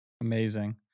Amazing